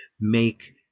make